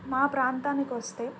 మా ప్రాంతానికి వస్తే